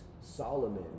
Solomon